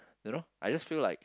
don't know I just feel like